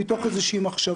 מתוך איזו מחשבה,